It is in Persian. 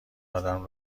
آدم